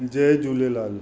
Jay Jhulelal